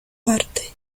parte